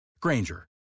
Granger